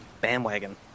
bandwagon